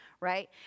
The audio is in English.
right